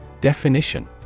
Definition